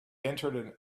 entered